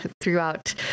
throughout